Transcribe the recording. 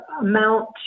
amount